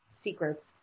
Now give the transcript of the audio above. secrets